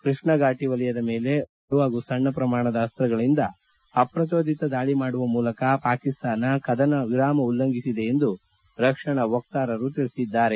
ಕೃಷ್ಣಫಾಟ ವಲಯದ ಮೇಲೆ ಮೋರ್ಟಾರ್ ಶೆಲ್ಗಳು ಹಾಗೂ ಸಣ್ಣ ಪ್ರಮಾಣದ ಅಸ್ತಗಳಿಂದ ಅಪ್ರಚೋದಿತ ದಾಳಿ ಮಾಡುವ ಮೂಲಕ ಪಾಕಿಸ್ತಾನ ಕದನ ವಿರಾಮ ಉಲ್ಲಂಘಿಸಿದೆ ಎಂದು ರಕ್ಷಣಾ ವಕ್ತಾರರು ತಿಳಿಸಿದ್ದಾರೆ